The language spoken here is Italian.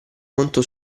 conto